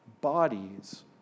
bodies